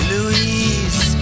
Louise